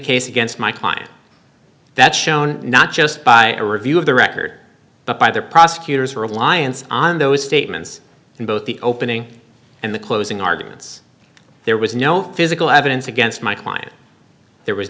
case against my client that's shown not just by a review of the record but by their prosecutor's reliance on those statements in both the opening and the closing arguments there was no physical evidence against my client there was